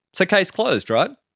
so case closed, right?